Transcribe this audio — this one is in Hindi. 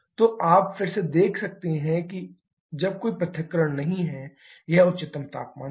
तो आप फिर से देख सकते हैं जब कोई पृथक्करण नहीं है यह उच्चतम तापमान है